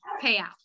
payout